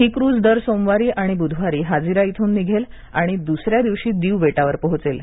ही cruise दर सोमवारी आणि बुधवारी हाजिरा येथून निघेल आणि द्सऱ्या दिवशी दीव बेटावर पोहोचेल